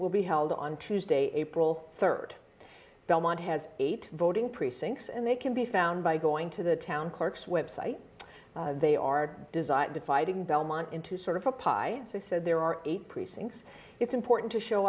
will be held on tuesday april rd belmont has eight voting precincts and they can be found by going to the town clerk's website they are designed to fight in belmont into sort of a pi he said there are eight precincts it's important to show